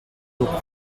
look